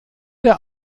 der